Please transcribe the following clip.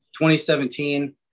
2017